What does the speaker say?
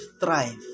thrive